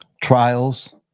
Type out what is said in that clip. trials